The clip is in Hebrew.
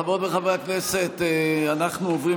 חברות וחברי הכנסת, אנחנו עוברים